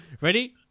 ready